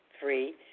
Three